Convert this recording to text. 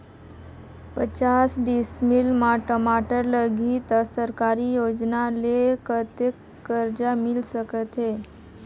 पचास डिसमिल मा टमाटर लगही त सरकारी योजना ले कतेक कर्जा मिल सकथे?